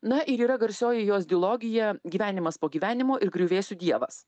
na ir yra garsioji jos dilogija gyvenimas po gyvenimo ir griuvėsių dievas